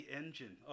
engine